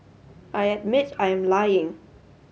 I admit I am lying